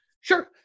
sure